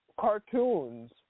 cartoons